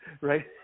right